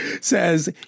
says